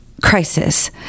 crisis